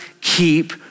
keep